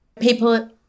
people